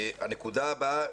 הנקודה הבאה,